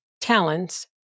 talents